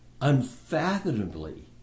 unfathomably